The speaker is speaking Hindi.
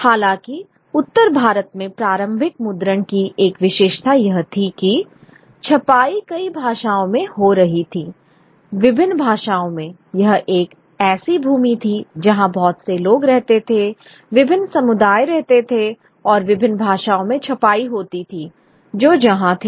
हालांकि उत्तर भारत में प्रारंभिक मुद्रण की एक विशेषता यह थी कि छपाई कई भाषाओं में हो रही थी विभिन्न भाषाओं में यह एक ऐसी भूमि थी जहाँ बहुत से लोग रहते थे विभिन्न समुदाय रहते थे और विभिन्न भाषाओं में छपाई होती थी जो वहां थे